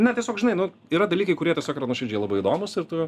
ne tiesiog žinai nu yra dalykai kurie tiesiog yra nuoširdžiai labai įdomūs ir tu